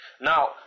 Now